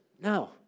no